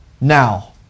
now